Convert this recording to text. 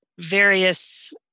various